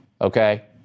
okay